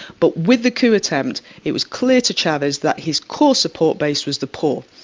but with the coup attempt it was clear to chavez that his core support base was the poor.